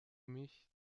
mich